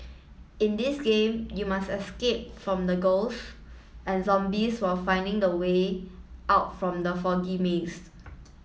in this game you must escape from the ghost and zombies while finding the way out from the foggy maze